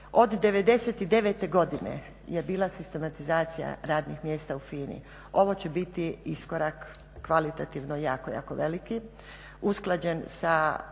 Od '99.-te godine je bila sistematizacija radnih mjesta u FINA-i, ovo će bit iskorak kvalitativno jako, jako veliki, usklađen sa